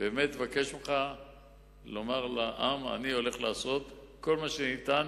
אני מבקש ממך לומר לעם: אני הולך לעשות כל מה שניתן,